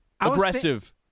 aggressive